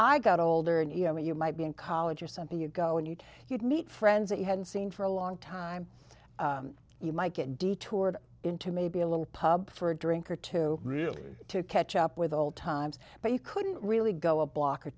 i got older and you know you might be in college or something you go and you you'd meet friends that you hadn't seen for a long time you might get detoured into maybe a little pub for a drink or two really to catch up with old times but you couldn't really go a block or